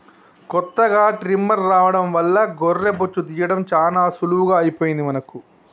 కొత్తగా ట్రిమ్మర్ రావడం వల్ల గొర్రె బొచ్చు తీయడం చాలా సులువుగా అయిపోయింది మనకి